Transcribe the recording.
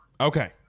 Okay